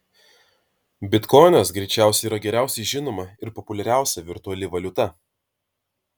bitkoinas greičiausiai yra geriausiai žinoma ir populiariausia virtuali valiuta